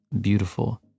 beautiful